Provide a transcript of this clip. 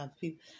people